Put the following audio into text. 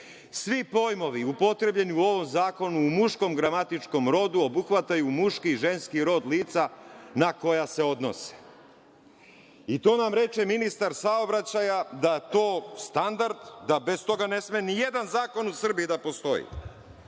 Svi pojmovi upotrebljeni u ovom zakonu u muškom gramatičkom rodu obuhvataju muški i ženski rod lica na koja se odnose. To nam reče ministar saobraćaja, da to standard, da bez toga ne sme ni jedan zakon u Srbiji da postoji.